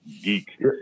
geek